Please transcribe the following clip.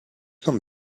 some